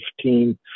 team